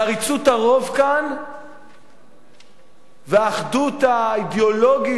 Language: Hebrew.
עריצות הרוב כאן והאחדות האידיאולוגית,